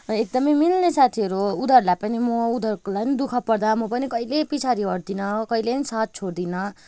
एकदमै मिल्ने साथीहरू हो उनीहरूलाई पनि म उनीहरूको लागि दुःख पर्दा म पनि कहिल्यै पछाडि हट्दिनँ हो कहिले पनि साथ छोड्दिनँ